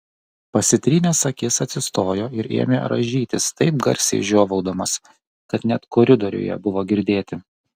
pasitrynęs akis atsistojo ir ėmė rąžytis taip garsiai žiovaudamas kad net koridoriuje buvo girdėti